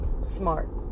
smart